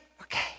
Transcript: okay